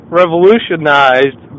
revolutionized